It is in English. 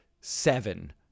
seven